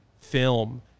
Film